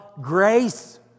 grace